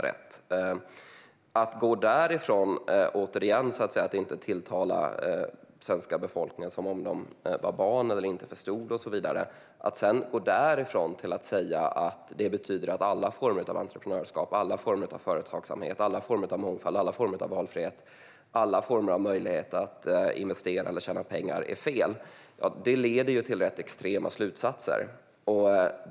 Men att gå därifrån till att återigen tilltala den svenska befolkningen som om de vore barn eller inte förstod och säga att det betyder att alla former av entreprenörskap, företagsamhet, mångfald, valfrihet och möjlighet att investera eller tjäna pengar är fel, ja, det leder till rätt extrema slutsatser.